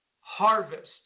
harvest